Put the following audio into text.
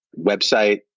website